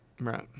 Right